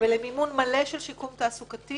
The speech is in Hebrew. ולמימון מלא של שיקום תעסוקתי